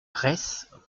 reiss